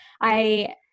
I-